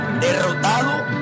derrotado